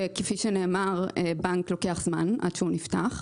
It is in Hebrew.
וכפי שנאמר, לוקח זמן עד שבנק נפתח.